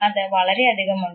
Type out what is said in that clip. അത് വളരെയധികം ഉണ്ട്